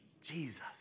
Jesus